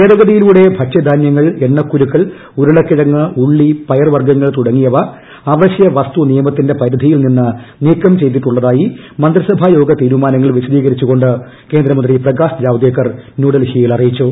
ഭേദഗതിയുലൂടെ ഭക്ഷ്യധാനൃങ്ങൾ എണ്ണക്കുരുക്കൾ ഉരുളക്കിഴങ്ങ് ഉള്ളി പയർ വർഗ്ഗങ്ങൾ തുടങ്ങിയവ അവശ്യ വസ്തു നിയമനത്തിന്റെ പരിധിയിൽ നിന്ന് നീക്കം ചെയ്തിട്ടുള്ളതായി മന്ത്രിസഭായോഗ തീരുമാനങ്ങൾ വിശദീകരിച്ചുകൊണ്ട് കേന്ദ്രമന്ത്രി പ്രകാശ് ജാവ്ദേക്കർ ന്യൂഡൽഹിയിൽ അറിയിച്ചു